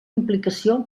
implicació